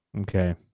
Okay